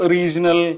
Regional